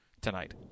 tonight